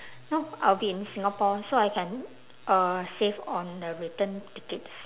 no I will be in singapore so I can uh save on the return tickets